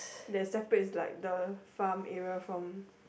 there's separates like the farm area from